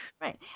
Right